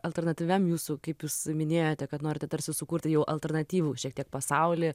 alternatyviam kaip jūs minėjote kad norite tarsi sukurti jau alternatyvų šiek tiek pasaulį